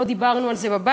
לא דיברנו על זה בבית,